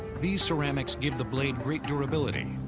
these ceramics give the blade great durability,